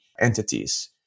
entities